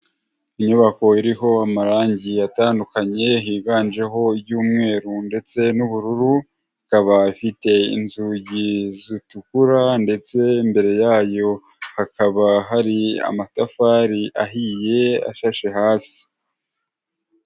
Inyubako iriho amarangi atandukanye higanjeho iry'umweru ndetse n'ubururu, ikaba ifite inzugi zitukura ndetse imbere yayo hakaba hari amatafari ahiye, ashashe hasi.